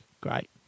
Great